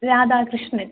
Radhakrishnan